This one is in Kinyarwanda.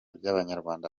by’abanyarwanda